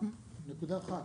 נקודה אחת,